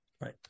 right